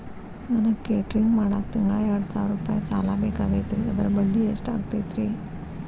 ನನಗ ಕೇಟರಿಂಗ್ ಮಾಡಾಕ್ ತಿಂಗಳಾ ಎರಡು ಸಾವಿರ ರೂಪಾಯಿ ಸಾಲ ಬೇಕಾಗೈತರಿ ಅದರ ಬಡ್ಡಿ ಎಷ್ಟ ಆಗತೈತ್ರಿ?